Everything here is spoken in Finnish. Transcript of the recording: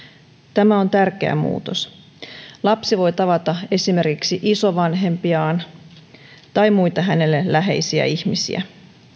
tämä on tärkeä muutos lapsi voi tavata esimerkiksi isovanhempiaan tai muita hänelle läheisiä ihmisiä